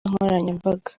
nkoranyambaga